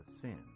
sin